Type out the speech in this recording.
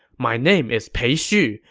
my name is pei xu,